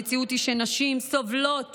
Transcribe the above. המציאות היא שנשים סובלות